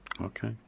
Okay